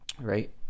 right